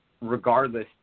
regardless